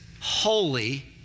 holy